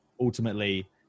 Ultimately